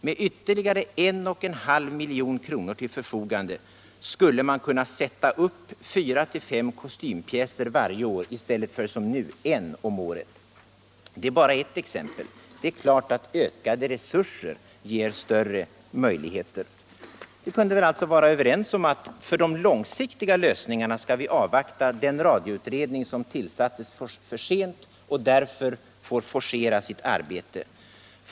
Med ytterligare 1,5 milj.kr. till förfogande skulle man kunna sätta upp fyra till fem kostympjäser varje år i stället för som nu en om året. Detta är bara ett exempel. Det är klart att ökade resurser ger större möjligheter. Vi kunde väl alltså vara överens om att för de långsiktiga lösningarna skall vi avvakta den radioutredning som tillsattes för sent och därför får forcera sitt arbete.